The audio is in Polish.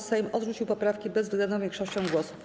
Sejm odrzucił poprawki bezwzględną większością głosów.